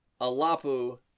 Alapu